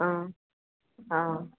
आ आ